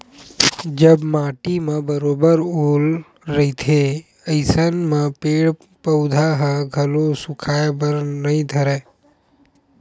जब माटी म बरोबर ओल रहिथे अइसन म पेड़ पउधा ह घलो सुखाय बर नइ धरय